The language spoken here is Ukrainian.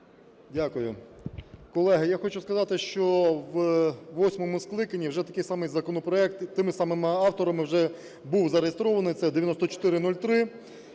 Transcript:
Дякую. Колеги, я хочу сказати, що у восьмому скликанні вже такий самий законопроект тими самими авторами вже був зареєстрований - це 9403.